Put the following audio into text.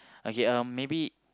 okay um maybe